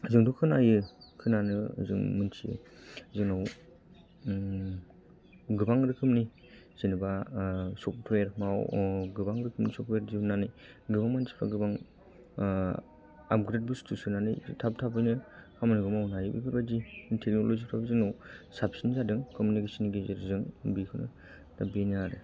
जोंथ' खोनायो खोनानायाव जों मोन्थियो जोंनाव गोबां रोखोमनि जेनबा सफ्टवेर माबा गोबां रोखोमनि सफ्टवेर दिहुननानै गोबां मानसिफोरा गोबां आपग्रेड बुस्थु सोनानै थाब थाबैनो खामानिखौ मावहोनो हायो बेफोरबायदि टेकनलजि फोरा जोंनाव साबसिन जादों कमिउनिकेसन नि गेजेरजों दा बेनो आरो